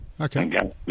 Okay